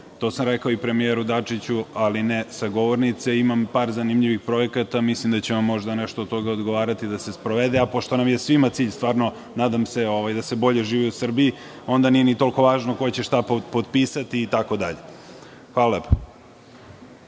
to sam rekao i premijeru Dačiću, ali ne sa govornice, imam par zanimljivih projekata. Mislim da će vam možda nešto od toga odgovarati, da se sprovede. Pošto nam je svima cilj da se bolje živi u Srbiji, onda nije ni toliko važno ko će šta potpisati itd. Hvala.